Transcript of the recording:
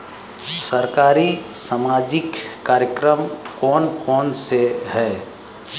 सरकारी सामाजिक कार्यक्रम कौन कौन से हैं?